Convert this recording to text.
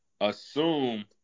assume